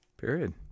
Period